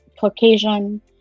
Caucasian